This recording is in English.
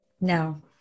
No